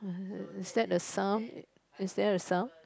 is that the sum is there a sum